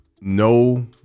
no